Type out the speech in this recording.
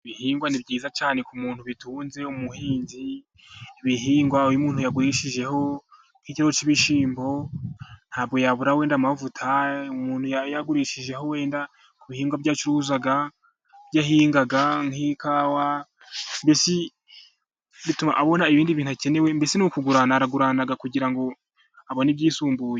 Ibihingwa ni byiza cyane ku muntu bitunze w'umuhinzi, ibihingwa iyo umuntu yagurishijeho nk'ikiro cy'ibishyimbo, ntabwo yabura wenda amavuta. Umuntu yagurishijeho wenda ku bihingwa acuruza, ibyo ahinga nk'ikawa, mbese bituma abona ibindi bintu akeneye, mbese ni ukugurarana, aragurana kugira ngo abone ibyisumbuye.